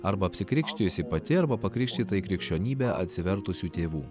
arba apsikrikštijusi pati arba pakrikštyta į krikščionybę atsivertusių tėvų